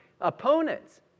opponents